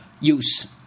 Use